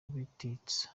ubutitsa